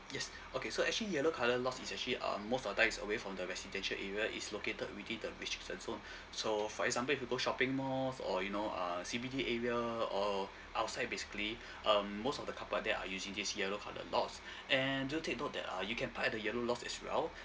yes okay so actually yellow colour lots is actually um most of the time is away from the residential area is located within the residential so so for example if you go shopping mall or you know uh C_B_D area or outside basically um most of the carpark there are using this yellow colour lot and do take note that uh you can park at the yellow lots as well